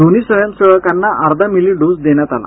दोन्ही स्वयंसेवकांना अर्धा मिली डोस देण्यात आला